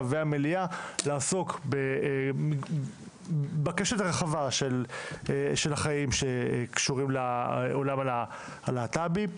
והמליאה לעסוק בקשת הרחבה של החיים שקשורים לעולם הלהט"בים.